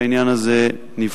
שהעניין הזה נבחן.